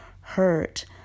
hurt